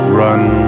run